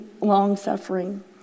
long-suffering